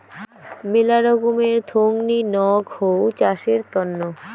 মেলা রকমের থোঙনি নক হউ চাষের তন্ন